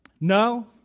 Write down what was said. no